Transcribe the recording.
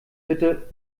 bitte